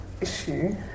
issue